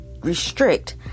restrict